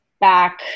back